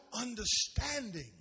Understanding